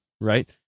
right